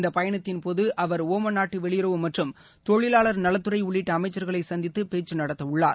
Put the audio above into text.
இந்த பயணத்தின்போது அவர் ஒமன் நாட்டு வெளியுறவு மற்றும் தொழிலாளர் நலத்துறை உள்ளிட்ட அமைச்சர்களை சந்தித்து பேச்சு நடத்தவுள்ளார்